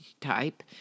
type